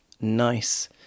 Nice